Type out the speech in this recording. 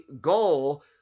goal